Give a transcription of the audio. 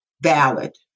valid